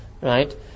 right